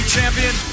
Champion